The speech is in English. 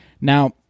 now